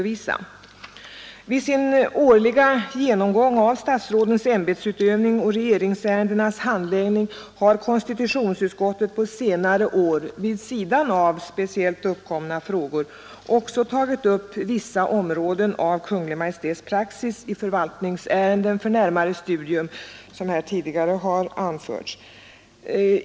Vid sin årliga genomgång av statsrådens ämbetsutövning och regeringsärendenas handläggning har konstitutionsutskottet på senare år vid sidan av speciellt uppkomna frågor också tagit upp vissa områden av Kungl. Maj:ts praxis i förvaltningsärenden för närmare studium, såsom här tidigare har anförts.